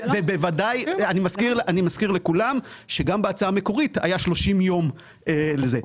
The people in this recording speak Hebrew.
ואני מזכיר לכולם שגם בהצעה המקורית היה 30 יום לזה.